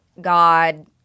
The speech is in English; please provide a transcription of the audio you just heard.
God